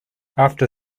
after